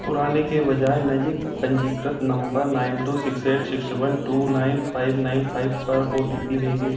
पुराने के बजाय नए पंजीकृत नम्बर nine two six eight six one two nine five nine five पर ओ टी पी भेजें